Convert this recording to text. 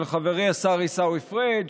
של חברי השר עיסאווי פריג',